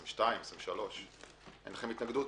22,000. אין התנגדות.